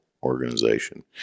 organization